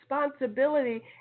responsibility